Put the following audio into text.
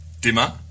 Dimmer